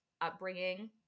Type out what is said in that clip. upbringing